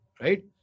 Right